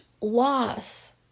loss